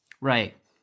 Right